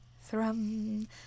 Thrum